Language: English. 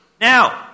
Now